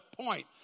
point